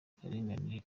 akarengane